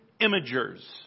imagers